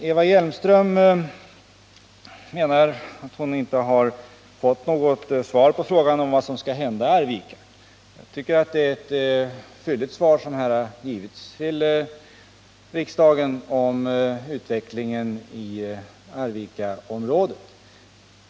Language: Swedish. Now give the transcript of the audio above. Eva Hjelmström menar att hon inte har fått något svar på frågan om vad som skall hända i Arvika. Jag tycker att det är ett fylligt svar som här har givits i kammaren om utvecklingen i Arvikaområdet.